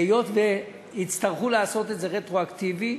והיות שיצטרכו לעשות את זה רטרואקטיבי,